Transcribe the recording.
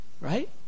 Right